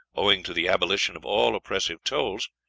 owing to the abolition of all oppressive tolls,